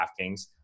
DraftKings